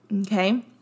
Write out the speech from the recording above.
okay